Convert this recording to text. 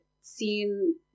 Seen